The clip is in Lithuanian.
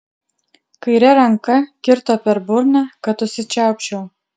kaire ranka kirto per burną kad užsičiaupčiau